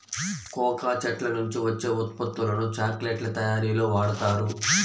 cocoa చెట్ల నుంచి వచ్చే ఉత్పత్తులను చాక్లెట్ల తయారీలో వాడుతారు